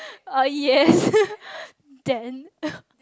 uh yes then